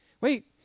wait